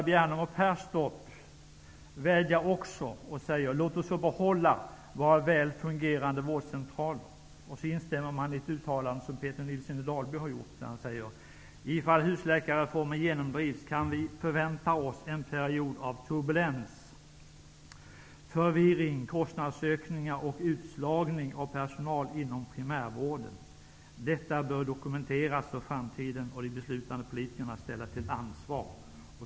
Bjärnum och Perstorp vädjar om att den skall få behålla sina väl fungerande vårdcentraler och instämmer i följande uttalande, som gjorts av Peter Ifall husläkare kommer att genomdrivas, kan vi förvänta oss en period av turbulens, förvirring, kostnadsökningar och utslagning av personal inom primärvården. Detta bör dokumenteras för framtiden, och de beslutande politikerna ställas till ansvar.